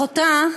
אחותה,